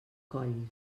coll